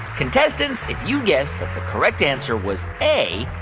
contestants, if you guessed that the correct answer was a,